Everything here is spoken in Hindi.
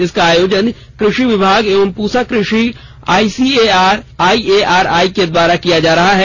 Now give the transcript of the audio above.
इसका आयोजन कृषि विभाग एवं पूसा कृषि आईसीएआर आईएआरआई द्वारा किया जा रहा है